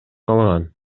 калган